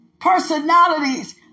Personalities